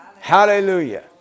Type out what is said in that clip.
Hallelujah